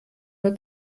nur